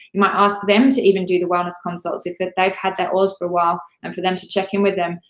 you might ask them to even do the wellness consults if if they've had their oils for a while, and for them to check in with them.